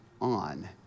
on